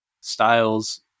styles